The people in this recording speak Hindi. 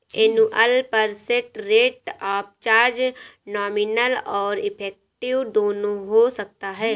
annual percent rate of charge nominal और इफेक्टिव दोनों हो सकता है